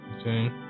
Okay